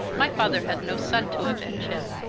my father had no son to avenge him,